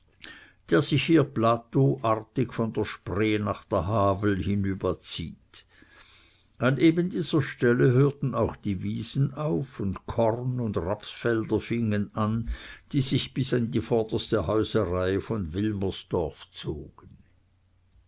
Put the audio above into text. der sich hier plateauartig von der spree nach der havel hinüberzieht an eben dieser stelle hörten auch die wiesen auf und korn und rapsfelder fingen an die sich bis an die vorderste häuserreihe von wilmersdorf zogen